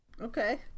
Okay